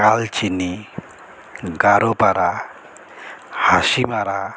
Kalchini Garopara Hasimara